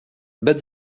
but